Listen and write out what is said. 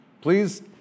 please